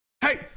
Hey